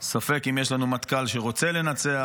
ספק אם יש לנו מטכ"ל שרוצה לנצח.